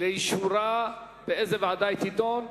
לאישור הוועדה שבה היא תידון.